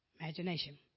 Imagination